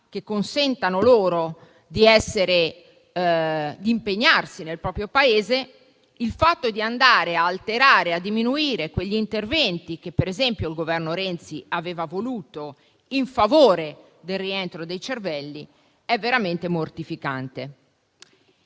che consentano loro di impegnarsi nel proprio Paese), il fatto di alterare e diminuire gli interventi che, per esempio, il Governo Renzi aveva voluto in favore del rientro dei cervelli è veramente mortificante.